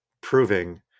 proving